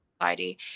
society